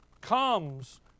comes